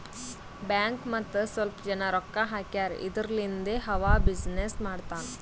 bank ಮತ್ತ ಸ್ವಲ್ಪ ಜನ ರೊಕ್ಕಾ ಹಾಕ್ಯಾರ್ ಇದುರ್ಲಿಂದೇ ಅವಾ ಬಿಸಿನ್ನೆಸ್ ಮಾಡ್ತಾನ್